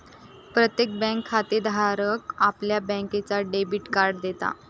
प्रत्येक बँक खातेधाराक आपल्या बँकेचा डेबिट कार्ड देता